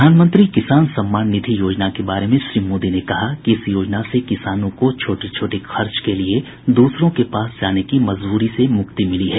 प्रधानमंत्री किसान सम्मान निधि योजना के बारे में श्री मोदी ने कहा कि इस योजना से किसानों को छोटे छोटे खर्च के लिए दूसरों के पास जाने की मजबूरी से मुक्ति मिली है